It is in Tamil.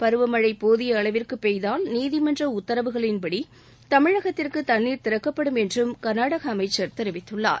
பருவமழை போதிய அளவிற்கு பெய்தால் நீதிமன்ற உத்தரவுகளின்படி தமிழகத்திற்கு தண்ணீர் திறக்கப்படும் என்றும் கா்நாடக அமைச்சர் தெரிவித்துள்ளார்